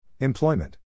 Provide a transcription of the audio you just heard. Employment